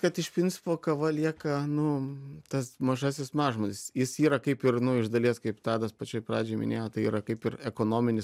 kad iš principo kava lieka nu tas mažasis mažmožis jis yra kaip ir nu iš dalies kaip tadas pačioj pradžioj minėjo tai yra kaip ir ekonominis